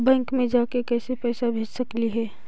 Bank मे जाके कैसे पैसा भेज सकली हे?